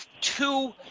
two